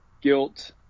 guilt